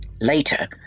Later